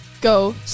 go